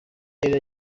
yari